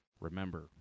Remember